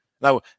now